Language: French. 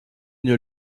une